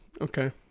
Okay